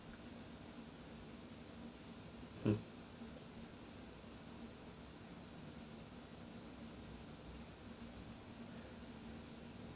mm